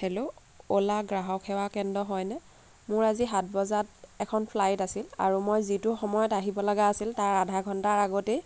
hello Ola গ্ৰাহক সেৱা কেন্দ্ৰ হয়নে মোৰ আজি সাত বজাত এখন ফ্লাইট আছিল আৰু মই যিটো সময়ত আহিব লগা আছিল তাৰ আধা ঘণ্টাৰ আগতেই